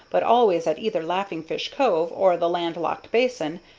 but always at either laughing fish cove or the land-locked basin,